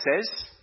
says